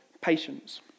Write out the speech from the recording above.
patience